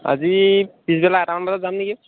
আজি পিছবেলা এটা মান বজাত যাম নেকি